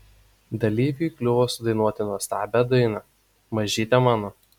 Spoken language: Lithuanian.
dalyviui kliuvo sudainuoti nuostabią dainą mažyte mano